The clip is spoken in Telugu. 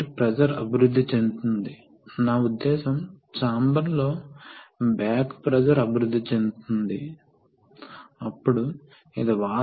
కాబట్టి ఇది సోలేనోయిడ్ ద్వారా మాత్రమే నిర్వహించబడదు మునుపటి వాల్వ్ సోలేనోయిడ్ ద్వారా మాత్రమే నిర్వహించబడుతోంది